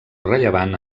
rellevant